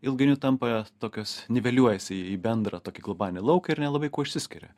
ilgainiui tampa tokios niveliuojasi į bendrą tokį globalinį lauką ir nelabai kuo išsiskiria